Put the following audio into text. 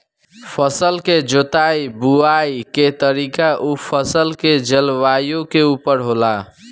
फसल के जोताई बुआई के तरीका उ फसल के जलवायु के उपर होला